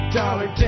dollar